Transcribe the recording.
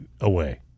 away